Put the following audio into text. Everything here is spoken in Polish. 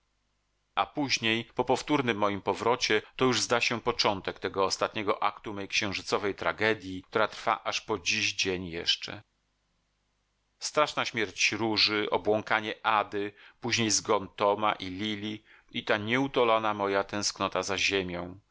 a później po powtórnym moim powrocie to już zda się początek tego ostatniego aktu mej księżycowej tragedji który trwa aż po dziś dzień jeszcze straszna śmierć róży obłąkanie ady później zgon toma i lili i ta nieutulona moja tęsknota za ziemią